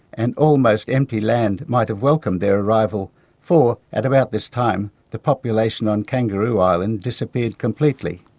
an almost empty land might have welcomed their arrival for, at about this time, the population on kangaroo island disappeared completely.